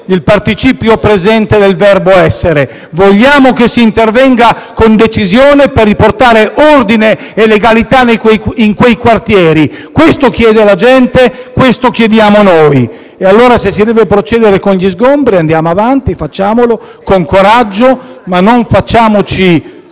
il participio passato del verbo essere; vogliamo che si intervenga con decisione per riportare ordine e legalità in quei quartieri. Questo chiede la gente, questo chiediamo noi. Se, allora, si deve procedere con gli sgombri, andiamo avanti, facciamolo con coraggio, ma non facciamoci